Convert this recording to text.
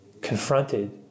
confronted